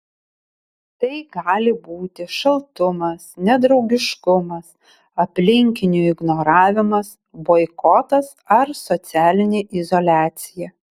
tai gali būti šaltumas nedraugiškumas aplinkinių ignoravimas boikotas ar socialinė izoliacija